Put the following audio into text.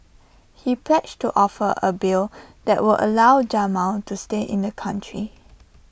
he pledged to offer A bill that would allow Jamal to stay in the country